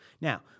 Now